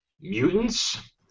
mutants